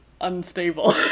unstable